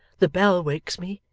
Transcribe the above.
the bell wakes me,